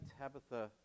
Tabitha